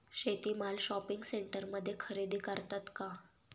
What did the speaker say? शेती माल शॉपिंग सेंटरमध्ये खरेदी करतात का?